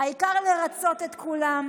העיקר לרצות את כולם.